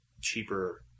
cheaper